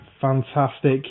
Fantastic